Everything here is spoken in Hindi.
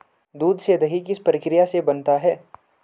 दूध से दही किस प्रक्रिया से बनता है?